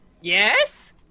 yes